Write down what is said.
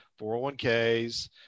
401ks